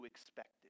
expected